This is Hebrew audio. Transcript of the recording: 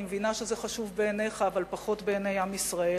אני מבינה שזה חשוב בעיניך אבל פחות בעיני עם ישראל,